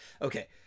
okay—